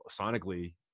sonically